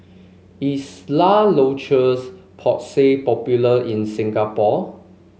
is La Roche Porsay popular in Singapore